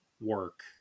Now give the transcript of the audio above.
work